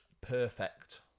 perfect